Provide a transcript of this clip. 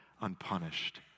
unpunished